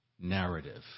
narrative